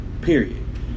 Period